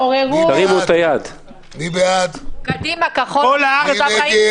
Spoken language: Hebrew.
רוויזיה על הסתייגות מס' 4, מי בעד ומי נגד.